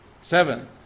Seven